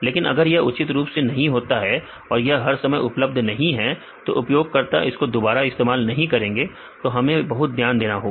लेकिन अगर यह उचित रूप से नहीं होता है या यह हर समय उपलब्ध नहीं है तो उपयोगकर्ता इसको दोबारा इस्तेमाल नहीं करेंगे तो हमें बहुत ध्यान देना होगा